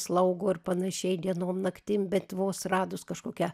slaugo ir panašiai dienom naktim bet vos radus kažkokią